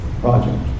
project